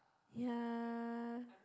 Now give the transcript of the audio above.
ya